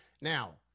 Now